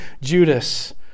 Judas